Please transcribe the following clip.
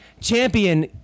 champion